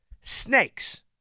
Snakes